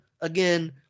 again